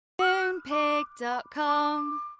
Moonpig.com